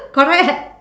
correct